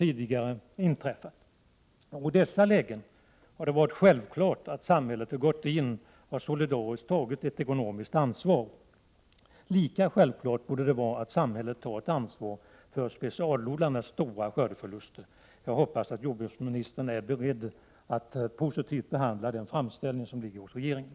I dessa lägen har det varit självklart att samhället har gått in och solidariskt tagit ett ekonomiskt ansvar. Lika självklart borde det vara att samhället tar ett ansvar för specialodlarnas stora skördeförluster. Jag hoppas att jordbruksministern är beredd att positivt behandla den framställning som ligger hos regeringen.